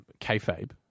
kayfabe